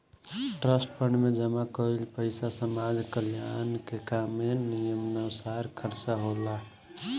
trust fund में जमा कईल पइसा समाज कल्याण के काम में नियमानुसार खर्चा होला